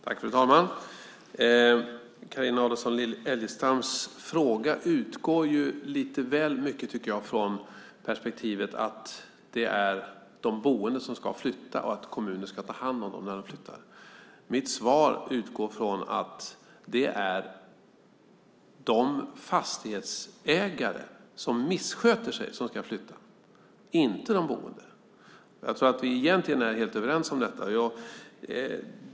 Fru talman! Carina Adolfsson Elgestams fråga utgår lite väl mycket från perspektivet att det är de boende som ska flytta och att kommunen ska ta hand om dem när de flyttar. Mitt svar utgår från att det är de fastighetsägare som missköter sig som ska flytta och inte de boende. Jag tror att vi egentligen är helt överens om detta.